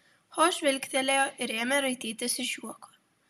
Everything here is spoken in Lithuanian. ho žvilgtelėjo ir ėmė raitytis iš juoko